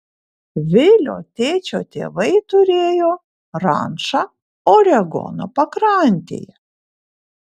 vilio tėčio tėvai turėjo rančą oregono pakrantėje